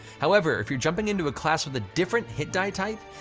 however, if you're jumping into a class with a different hit die type,